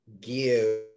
give